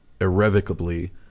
irrevocably